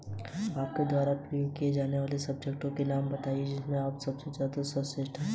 आपके द्वारा उपयोग किए जाने से पहले हमारे उपकरण और उपकरणों की जांच करना क्यों महत्वपूर्ण है?